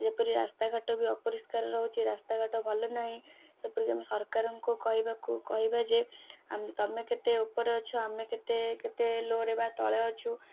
ଯେପରି ରାସ୍ତାଘାଟ ବି ଅପରିଷ୍କାର ରହୁଛି ରାସ୍ତାଘାଟ ଭଲ ନାହିଁ ସେପରି ଆମ ସରକାରଙ୍କୁ କହିବାକୁ କହିବା ଯେ ତମେ କେତେ ଉପରେ ଅଛ ଆମେ କେତେ କେତେ ଲୋରେ ବା ତଳେ ଅଛୁ